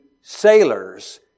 sailors